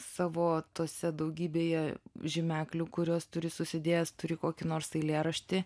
savo tuose daugybėje žymeklių kuriuos turi susidėjęs turi kokį nors eilėraštį